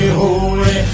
holy